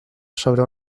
sobre